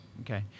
Okay